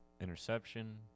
interception